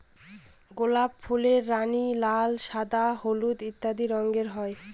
গোলাপ ফুলের রানী, লাল, সাদা, হলুদ ইত্যাদি রঙের হয়